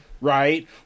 Right